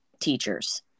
teachers